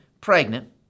pregnant